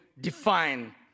define